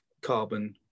carbon